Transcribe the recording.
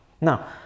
Now